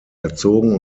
erzogen